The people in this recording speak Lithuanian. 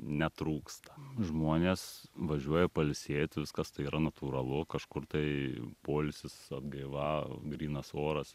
netrūksta žmonės važiuoja pailsėt viskas tai yra natūralu kažkur tai poilsis atgaiva grynas oras